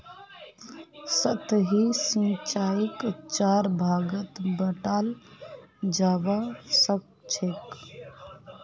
सतही सिंचाईक चार भागत बंटाल जाबा सखछेक